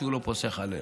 הוא לא פוסח עליהם.